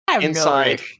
Inside